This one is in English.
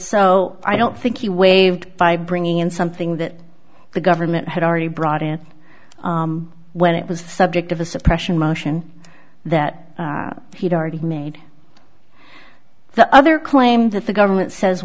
so i don't think he waived by bringing in something that the government had already brought in when it was subject of a suppression motion that he'd already made the other claim that the government says